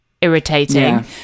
irritating